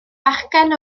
bachgen